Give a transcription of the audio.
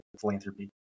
philanthropy